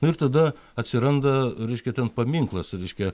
nu ir tada atsiranda reiškia ten paminklas reiškia